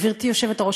גברתי היושבת-ראש,